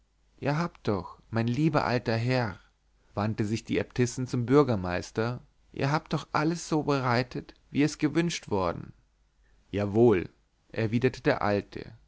ihr habt doch mein lieber alter herr wandte sich die äbtissin zum bürgermeister ihr habt doch alles so bereitet wie es gewünscht worden jawohl erwiderte der alte